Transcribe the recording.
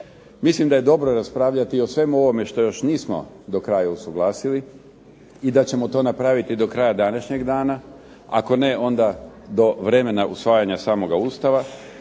Mislim da je dobro raspravljati o svemu ovome što još nismo usuglasili i da ćemo to napraviti do kraja današnjeg dana, ako ne onda do vremena usvajanja samoga Ustava